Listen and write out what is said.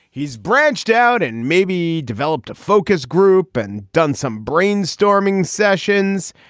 he's branched out and maybe developed a focus group and done some brainstorming sessions,